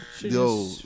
Yo